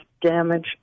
Damage